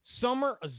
Summer